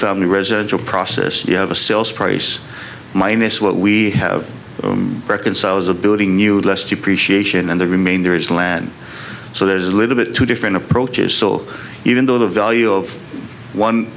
family residence of process you have a sales price minus what we have to reconcile as a building new less depreciation and the remainder is land so there's a little bit different approaches so even though the value of one